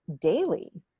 daily